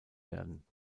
werden